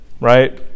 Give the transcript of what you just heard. Right